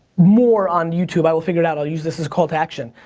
more on youtube, i will figure it out. i will use this as call to action.